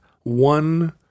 one